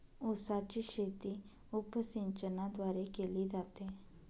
उसाची शेती उपसिंचनाद्वारे केली जाते